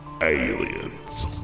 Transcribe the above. Aliens